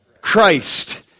Christ